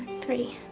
three.